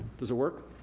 does it work?